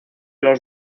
los